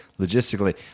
logistically